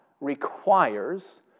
requires